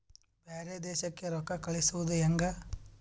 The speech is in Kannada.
ಬ್ಯಾರೆ ದೇಶಕ್ಕೆ ರೊಕ್ಕ ಕಳಿಸುವುದು ಹ್ಯಾಂಗ?